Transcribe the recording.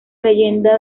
leyenda